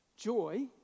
Joy